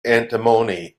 antimony